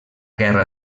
guerra